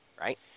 Right